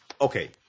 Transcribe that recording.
okay